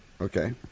Okay